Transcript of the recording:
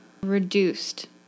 reduced